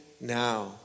now